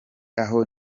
aho